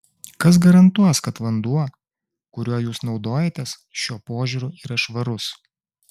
kas garantuos kad vanduo kuriuo jūs naudojatės šiuo požiūriu yra švarus